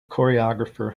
choreographer